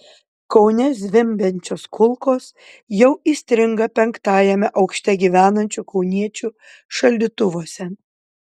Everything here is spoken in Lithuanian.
kaune zvimbiančios kulkos jau įstringa penktajame aukšte gyvenančių kauniečių šaldytuvuose